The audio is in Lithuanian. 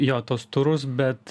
jo tuos turus bet